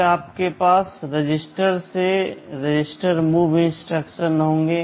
फिर आपके पास रजिस्टर से रजिस्टर मूव इंस्ट्रक्शंस होंगे